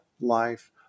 life